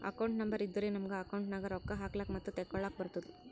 account number ಇದ್ದುರೆ ನಮುಗ account ನಾಗ್ ರೊಕ್ಕಾ ಹಾಕ್ಲಕ್ ಮತ್ತ ತೆಕ್ಕೊಳಕ್ಕ್ ಬರ್ತುದ್